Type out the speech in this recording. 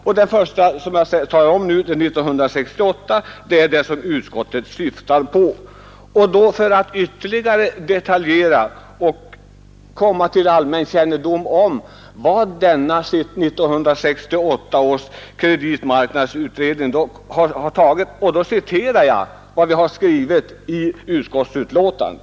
Det jag först nämnde, betänkandet från 1968, är det som utskottet syftar på. För att låta ytterligare detaljer komma till allmän kännedom om 1968 års kreditmarknadsutredning citerar jag vad vi har skrivit i utskottsbetänkandet.